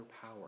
power